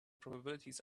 probabilities